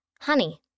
Honey